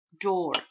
door